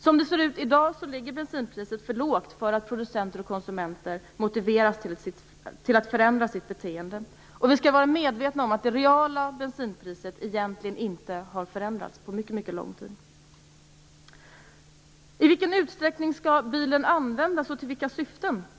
Som det ser ut i dag ligger bensinpriset för lågt för att producenter och konsumenter skall motiveras att förändra sitt beteende. Vi skall vara medvetna om att det reala bensinpriset egentligen inte har förändrats på mycket lång tid. I vilken utsträckning skall bilen användas och i vilka syften?